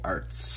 Arts